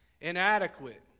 inadequate